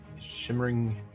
Shimmering